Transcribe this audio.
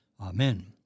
Amen